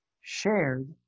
shared